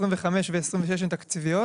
25 ו-26 הן תקציביות.